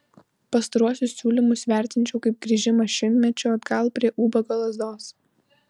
pastaruosius siūlymus vertinčiau kaip grįžimą šimtmečiu atgal prie ubago lazdos